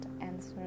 answer